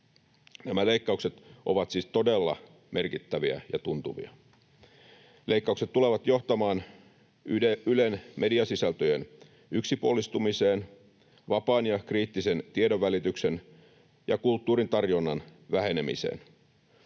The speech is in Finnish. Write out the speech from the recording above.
Nämä leikkaukset ovat siis todella merkittäviä ja tuntuvia. Leikkaukset tulevat johtamaan Ylen mediasisältöjen yksipuolistumiseen, vapaan ja kriittisen tiedonvälityksen ja kulttuurin tarjonnan vähenemiseen.